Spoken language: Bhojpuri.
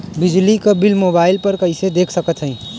बिजली क बिल मोबाइल पर कईसे देख सकत हई?